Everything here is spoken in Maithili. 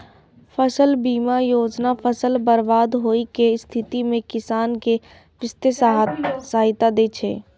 फसल बीमा योजना फसल बर्बाद होइ के स्थिति मे किसान कें वित्तीय सहायता दै छै